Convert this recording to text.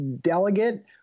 delegate